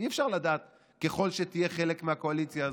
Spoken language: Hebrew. אי-אפשר לדעת, ככל שתהיה חלק מהקואליציה הזאת,